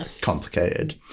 complicated